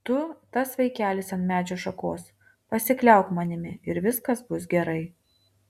tu tas vaikelis ant medžio šakos pasikliauk manimi ir viskas bus gerai